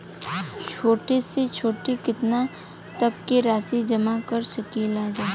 छोटी से छोटी कितना तक के राशि जमा कर सकीलाजा?